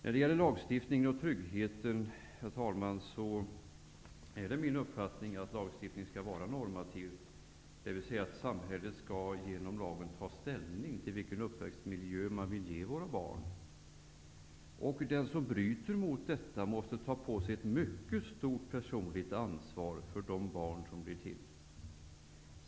När det gäller lagstiftningen och tryggheten, är det min uppfattning att lagstiftningen skall vara normativ. Samhället skall genom lagen ta ställning till vilken uppväxtmiljö man vill ge våra barn. Den som bryter mot detta måste ta på sig ett mycket stort personligt ansvar för de barn som blir till.